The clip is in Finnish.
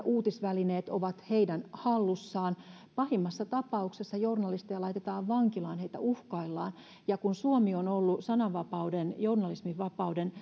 uutisvälineet ovat heidän hallussaan pahimmassa tapauksessa journalisteja laitetaan vankilaan heitä uhkaillaan ja kun suomi on ollut sananvapauden journalismin vapauden